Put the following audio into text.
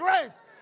grace